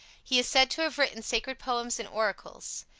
he is said to have written sacred poems and oracles.